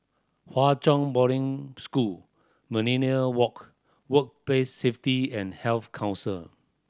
Hwa Chong Boarding School Millenia Walk Workplace Safety and Health Council